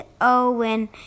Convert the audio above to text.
Owen